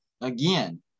again